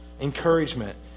Encouragement